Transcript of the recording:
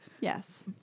yes